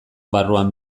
barruan